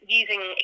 using